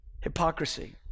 Hypocrisy